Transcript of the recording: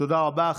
תודה רבה.